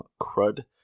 crud